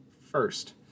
first